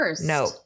No